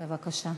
בבקשה.